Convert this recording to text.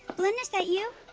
blynn, is that you?